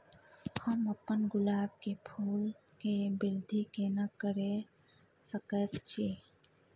हम अपन गुलाब के फूल के वृद्धि केना करिये सकेत छी?